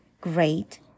great